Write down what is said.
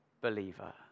believer